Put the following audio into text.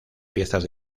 piezas